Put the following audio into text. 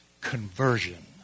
conversion